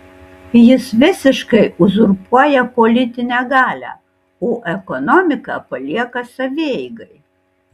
jis visiškai uzurpuoja politinę galią o ekonomiką palieka savieigai